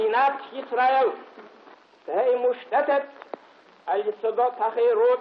מדינת ישראל תהא מושתת על יסודות החירות,